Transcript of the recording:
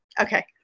Okay